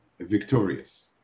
victorious